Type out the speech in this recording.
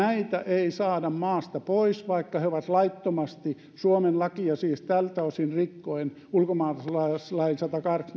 ei saada maasta pois vaikka he ovat laittomasti suomen lakia siis tältä osin rikkoen ulkomaalaislain sadattakahdeksattakymmenettäviidettä